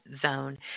zone